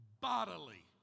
bodily